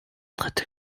dritte